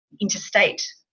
interstate